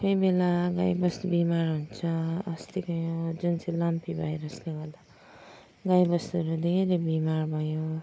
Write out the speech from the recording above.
कोइ बेला गाई बस्तु बिमार हुन्छ अस्ति जुन चाहिँ लम्पी भाइरसले गर्दा गाई बस्तुहरू धेरै बिमार भयो